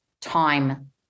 time